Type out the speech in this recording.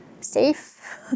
safe